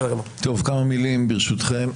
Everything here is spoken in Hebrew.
כמה מילים ברשותכם,